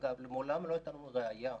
אגב, מעולם לא הייתה לנו ראייה